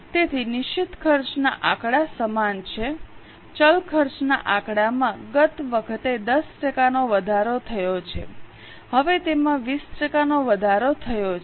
તેથી નિશ્ચિત ખર્ચના આંકડા સમાન છે ચલ ખર્ચના આંકડામાં ગત વખતે 10 ટકાનો વધારો થયો છે હવે તેમાં 20 ટકાનો વધારો થયો છે